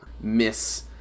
miss